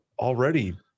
already